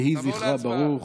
יהי זכרה ברוך.